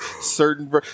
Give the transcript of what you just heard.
Certain